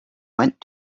went